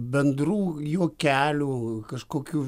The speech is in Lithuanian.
bendrų juokelių kažkokių